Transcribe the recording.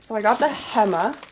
i got the hemma